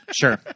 Sure